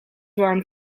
warm